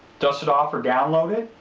dust it off or download it,